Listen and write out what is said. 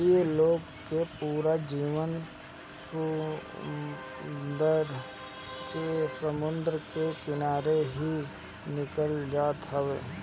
इ लोग के पूरा जीवन समुंदर के किनारे ही निकल जात हवे